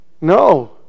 No